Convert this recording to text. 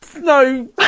no